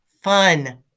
fun